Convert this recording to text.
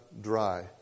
dry